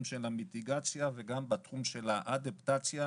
של המיטיגציה וגם בתחום של האדפטציה.